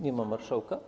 Nie ma marszałka?